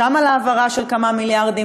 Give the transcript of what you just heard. שם על העברה של כמה מיליארדים,